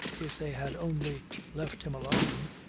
if they had only left him alone,